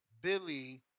Billy